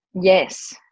Yes